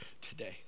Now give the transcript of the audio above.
today